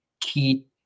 key